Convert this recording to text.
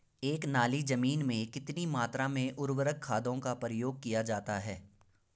एक नाली जमीन में कितनी मात्रा में उर्वरक खादों का प्रयोग किया जाता है?